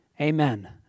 Amen